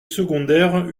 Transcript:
secondaire